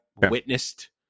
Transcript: witnessed